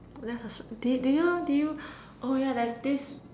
let us did you did you oh yeah there's this